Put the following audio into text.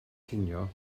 cinio